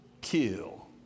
kill